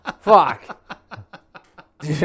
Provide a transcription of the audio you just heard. Fuck